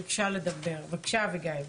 בבקשה, אביגיל.